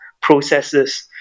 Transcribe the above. processes